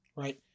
Right